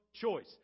choice